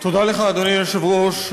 אדוני היושב-ראש,